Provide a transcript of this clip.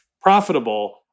profitable